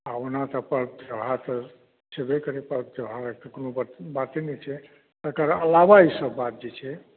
ओना तऽ पर्व त्यौहारसभ छयबे करै पर्व त्योहारक कोनो बाते नहि छै एकर अलावा ई सभ बात जे छै